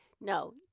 no